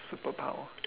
superpower